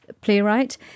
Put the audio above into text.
playwright